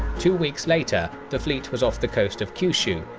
two weeks later, the fleet was off the coast of kyushu,